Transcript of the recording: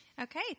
Okay